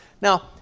Now